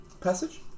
passage